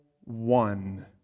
one